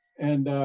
and